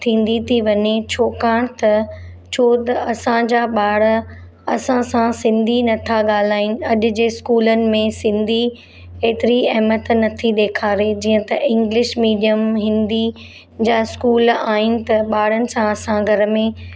थींदी थी वञे छाकाणि त छो त असांजा ॿार असां सां सिंधी नथा ॻाल्हाइनि अॼु जे इस्कूलनि में सिंधी हेतिरी अहमियत नथी ॾेखारे जीअं त इंग्लिश मिडियम हिंदी जा स्कूल आहिनि त ॿारनि सां असां घर में